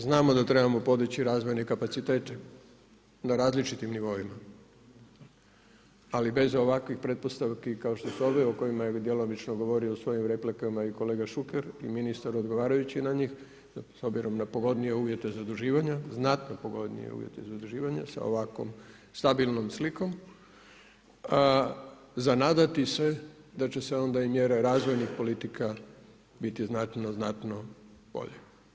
Znamo da trebamo podići razvojni kapacitet na različitim nivoima, ali bez ovakvih pretpostavki, kao što su ovi, o kojima je djelomično govorio u svojim replikama i kolega Šuker i ministar odgovarajući na njih, s obzirom na pogodnije uvjete zaduživanja, znatno pogodnije uvjete zaduživanja sa ovakvom stabilnom slikom, za nadati se da će se onda i mjere razvojnih politika biti znatno, znatno bolji.